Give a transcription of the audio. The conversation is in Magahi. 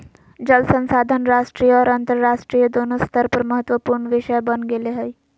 जल संसाधन राष्ट्रीय और अन्तरराष्ट्रीय दोनों स्तर पर महत्वपूर्ण विषय बन गेले हइ